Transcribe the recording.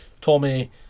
Tommy